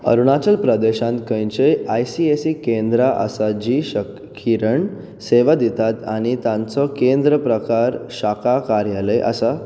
अरुणाचल प्रदेशांत खंयचींय E S I C केंद्रां आसा जीं क्ष किरण सेवा दितात आनी तांचो केंद्र प्रकार शाखा कार्यालय आसा